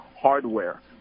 hardware